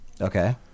Okay